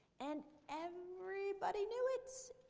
and everybody knew it,